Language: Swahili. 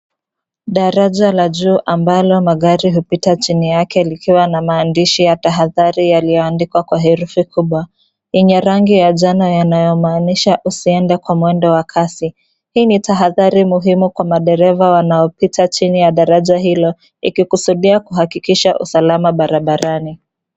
Daraja la juu ambalo magari hupita chini yake likiwa na maandishi ya tahadhari yaliyoandikwa kwa herufi kubwa yenye rangi ya njano yanayomaanisha usiende kwa mwendo wa kasi. Hii ni tahadhari muhimu kwa dereva wanaopita chini ya daraja hilo ikikusudia kuhakikisha usalama barabarani.